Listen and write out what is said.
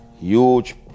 huge